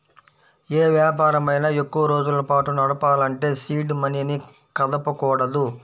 యే వ్యాపారమైనా ఎక్కువరోజుల పాటు నడపాలంటే సీడ్ మనీని కదపకూడదు